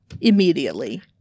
Immediately